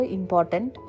important